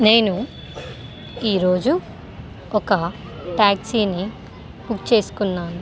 నేను ఈరోజు ఒక ట్యాక్సీని బుక్ చేసుకున్నాను